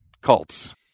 cults